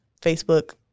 Facebook